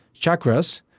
chakras